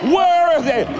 worthy